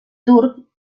turc